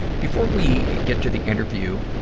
before we get to the interview,